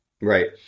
Right